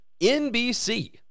NBC